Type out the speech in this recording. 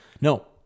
no